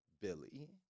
Billy